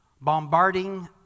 bombarding